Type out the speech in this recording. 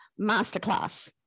Masterclass